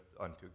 unto